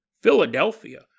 Philadelphia